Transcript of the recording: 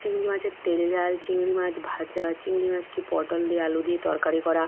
চিংড়ি মাছের তেল ঝাল চিংড়ি মাছ ভাজা চিংড়ি মাছকে পটল দিয়ে আলু দিয়ে তরকারি করা